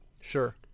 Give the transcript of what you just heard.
Sure